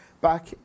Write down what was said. back